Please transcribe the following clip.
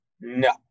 No